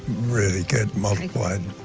really get multiplied.